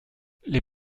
les